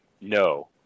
No